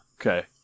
Okay